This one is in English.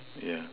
yeah